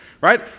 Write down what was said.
Right